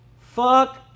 Fuck